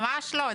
ממש לא.